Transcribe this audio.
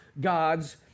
God's